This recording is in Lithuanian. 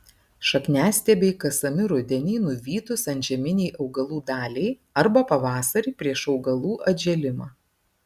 šakniastiebiai kasami rudenį nuvytus antžeminei augalų daliai arba pavasarį prieš augalų atžėlimą